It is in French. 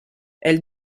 elle